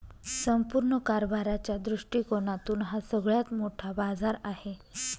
संपूर्ण कारभाराच्या दृष्टिकोनातून हा सगळ्यात मोठा बाजार आहे